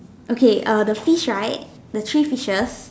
okay err the fish right the three fishes